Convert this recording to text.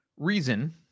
Reason